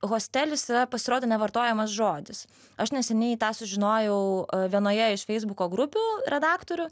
hostelis yra pasirodo nevartojamas žodis aš neseniai tą sužinojau vienoje iš feisbuko grupių redaktorių